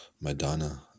Madonna